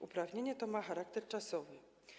Uprawnienie to ma charakter czasowy.